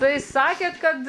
tai sakėt kad